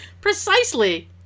Precisely